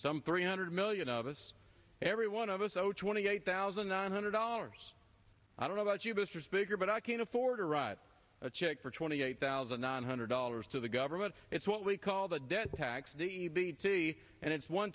some three hundred million of us every one of us owe twenty eight thousand nine hundred dollars i don't know about you mr speaker but i can afford to write a check for twenty eight thousand nine hundred dollars to the government it's what we call the death tax the c and it's one